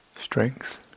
strength